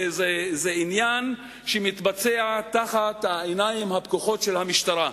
זה עניין שמתבצע תחת העיניים הפקוחות של המשטרה,